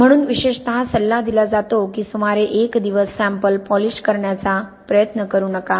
म्हणून विशेषतः सल्ला दिला जातो की सुमारे एक दिवस सॅम्पल पॉलिश करण्याचा प्रयत्न करू नका